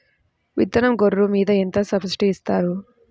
విత్తనం గొర్రు మీద ఎంత సబ్సిడీ ఇస్తారు?